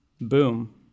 boom